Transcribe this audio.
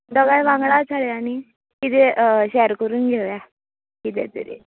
दोगांय वागडाच हाडया न्ही कितें शेअर करून घेवया किदे तरी